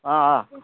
अ